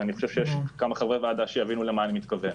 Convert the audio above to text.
ואני חושב שיש כמה חברי ועדה שיבינו למה אני מתכוון.